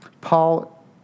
Paul